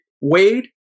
Wade